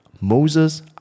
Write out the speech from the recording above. Moses